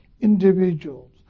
individuals